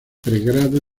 pregrado